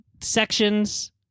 sections